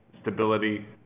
stability